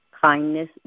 kindness